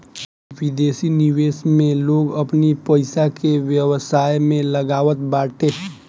विदेशी निवेश में लोग अपनी पईसा के व्यवसाय में लगावत बाटे